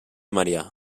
marià